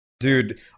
Dude